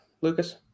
lucas